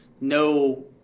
no